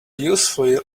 useful